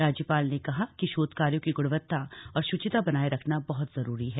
राज्यपाल ने कहा कि शोध कार्यो की गुणवत्ता और शुचिता बनाये रखना बहुत जरूरी है